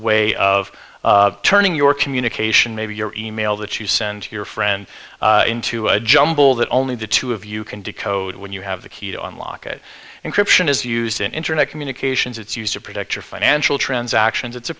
way of turning your communication maybe your email that you send to your friend into a jumble that only the two of you can decode when you have the key to unlock it and christian is used in internet communications it's used to protect your financial transactions it's a